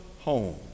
home